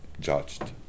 judged